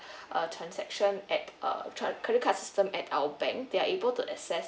uh transaction at uh credit card system at our bank they're able to access